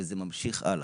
וזה ממשיך הלאה.